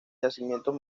yacimientos